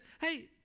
Hey